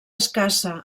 escassa